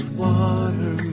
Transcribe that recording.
water